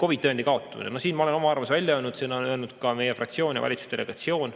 COVID‑i tõendi kaotamine. Selle kohta ma olen oma arvamuse välja öelnud, seda on öelnud ka meie fraktsioon ja valitsusdelegatsioon.